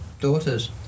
daughters